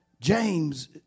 James